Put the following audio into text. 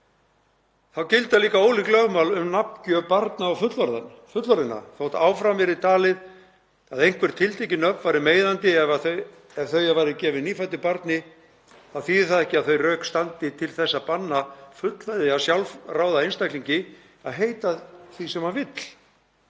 Þá gilda líka ólík lögmál um nafngjöf barna og fullorðinna. Þótt áfram verði talið að einhver tiltekin nöfn væru meiðandi ef þau væru gefin nýfæddu barni þýðir það ekki að þau rök standi til þess að banna fullveðja sjálfráða einstaklingi að heita því sem hann vill.